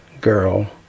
girl